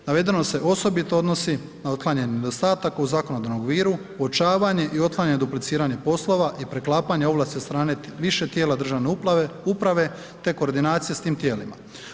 Navedeno se osobito odnosi na uklanjanje nedostataka u zakonodavnom okviru, uočavanje i otklanjanje dupliciranja poslova i preklapanja ovlasti od strane više tijela državne uprave te koordinacije sa tim tijelima.